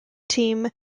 team